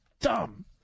dumb